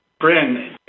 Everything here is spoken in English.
Bryn